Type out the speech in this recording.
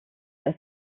das